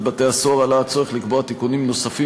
בתי-הסוהר עלה הצורך לקבוע תיקונים נוספים,